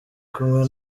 kumwe